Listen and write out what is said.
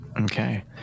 okay